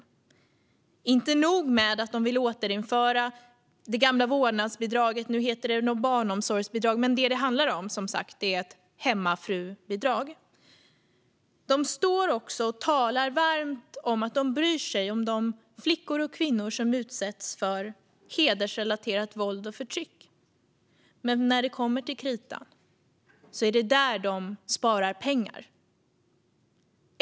Det är inte nog med att de vill återinföra det gamla vårdnadsbidraget. Nu kallar de det barnomsorgspeng, men vad det handlar om är ett hemmafrubidrag. De står också och talar varmt om att de bryr sig om de flickor och kvinnor som utsätts för hedersrelaterat våld och förtryck, men när det kommer till kritan är det där de sparar pengar.